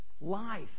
Life